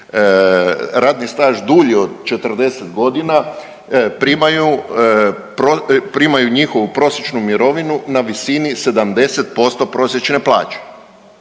radni staž dulji od 40 godina primaju, primaju njihovu prosječnu mirovinu na visini 70% prosječne plaće.